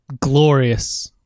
glorious